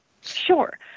Sure